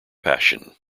passion